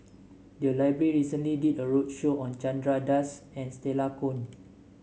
the library recently did a roadshow on Chandra Das and Stella Kon